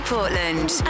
Portland